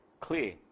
clear